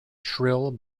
shrill